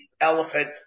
elephant